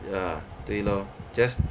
ya 对 lor just